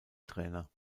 trainer